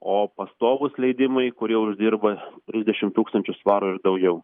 o pastovūs leidimai kurie uždirba trisdešim tūkstančių svarų ir daugiau